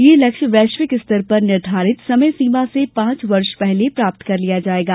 यह लक्ष्य वैश्विक स्तर पर निर्धारित समयसीमा से पांच वर्ष पहले प्राप्त कर लिया जाएगा